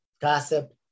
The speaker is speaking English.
gossip